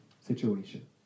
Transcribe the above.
situation